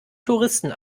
touristen